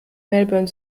melbourne